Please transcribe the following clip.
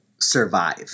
survive